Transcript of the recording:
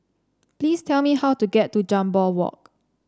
please tell me how to get to Jambol Walk